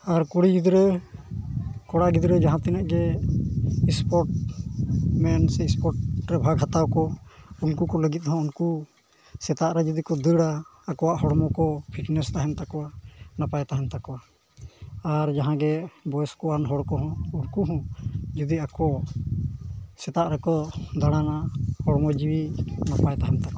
ᱟᱨ ᱠᱩᱲᱤ ᱜᱤᱫᱽᱨᱟᱹ ᱠᱲᱟ ᱜᱤᱫᱽᱨᱟᱹ ᱡᱟᱦᱟᱸ ᱛᱤᱱᱟᱹᱜ ᱜᱮ ᱥᱯᱳᱨᱴ ᱢᱮᱱ ᱥᱯᱳᱨᱴ ᱨᱮ ᱵᱷᱟᱜ ᱦᱟᱛᱟᱣ ᱠᱚ ᱩᱱᱠᱩ ᱠᱚ ᱞᱟᱹᱜᱤᱫ ᱦᱚᱸ ᱩᱱᱠᱩ ᱥᱮᱛᱟᱜ ᱨᱮ ᱡᱩᱫᱤ ᱠᱚ ᱫᱟᱹᱲᱟ ᱟᱠᱚᱣᱟᱜ ᱦᱚᱲᱢᱚ ᱠᱚ ᱯᱷᱤᱴᱱᱮᱥ ᱛᱟᱦᱮᱱ ᱛᱟᱠᱚᱣᱟ ᱱᱟᱯᱟᱭ ᱛᱟᱦᱮᱱ ᱛᱟᱠᱚᱣᱟ ᱟᱨ ᱡᱟᱦᱟᱸ ᱜᱮ ᱵᱚᱭᱮᱥᱠᱚ ᱟᱱ ᱦᱚᱲ ᱠᱚᱦᱚᱸ ᱩᱱᱠᱩ ᱦᱚᱸ ᱡᱩᱫᱤ ᱟᱠᱚ ᱥᱮᱛᱟᱜ ᱨᱮᱠᱚ ᱫᱟᱬᱟᱱᱟ ᱦᱚᱲᱢᱚ ᱡᱤᱣᱤ ᱱᱟᱯᱟᱭ ᱛᱟᱦᱮᱱ ᱛᱟᱠᱚᱣᱟ